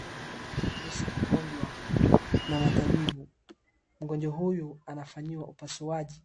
Mchoro huu unaonyeshwa mgonjwa na matabibu. Mgonjwa huyu anafanyiwa upasuaji.